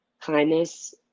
kindness